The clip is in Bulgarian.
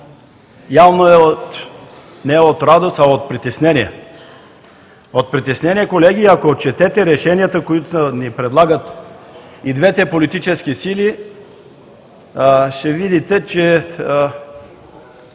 Явно не е от радост, а е от притеснение. От притеснение, колеги! Ако четете решенията, които ни предлагат и двете политически сили, ще видите, че